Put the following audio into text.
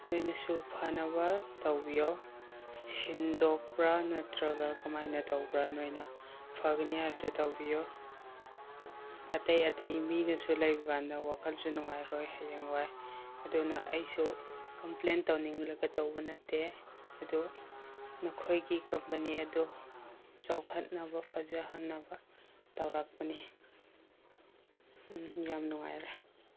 ꯅꯣꯏꯅꯁꯨ ꯐꯅꯕ ꯇꯧꯕꯤꯌꯣ ꯁꯤꯟꯗꯣꯛꯄ꯭ꯔꯥ ꯅꯠꯇ꯭ꯔꯒ ꯀꯃꯥꯏꯅ ꯇꯧꯕ꯭ꯔꯥ ꯅꯣꯏꯅ ꯐꯒꯅꯤ ꯍꯥꯏꯕꯗꯣ ꯇꯧꯕꯤꯌꯣ ꯑꯇꯩ ꯑꯇꯩ ꯃꯤꯅꯁꯨ ꯂꯩꯕꯀꯥꯟꯗ ꯋꯥꯈꯟꯁꯨ ꯅꯨꯡꯉꯥꯏꯔꯣꯏ ꯍꯌꯦꯡꯋꯥꯏ ꯑꯗꯨꯅ ꯑꯩꯁꯨ ꯀꯝꯄ꯭ꯂꯦꯟ ꯇꯧꯅꯤꯡꯂꯒ ꯇꯧꯕ ꯅꯠꯇꯦ ꯑꯗꯨ ꯅꯈꯣꯏꯒꯤ ꯀꯝꯄꯅꯤ ꯑꯗꯨ ꯆꯥꯎꯈꯠꯅꯕ ꯐꯖꯍꯟꯅꯕ ꯇꯧꯔꯛꯄꯅꯤ ꯎꯝ ꯌꯥꯝ ꯅꯨꯡꯉꯥꯏꯔꯦ